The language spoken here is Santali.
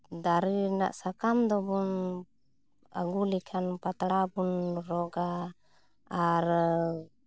ᱫᱟᱨᱮ ᱨᱮᱱᱟᱜ ᱥᱟᱠᱟᱢ ᱫᱚᱵᱚᱱ ᱟᱹᱜᱩ ᱞᱮᱠᱷᱟᱱ ᱯᱟᱛᱲᱟ ᱵᱚᱱ ᱨᱚᱼᱜᱟ ᱟᱨ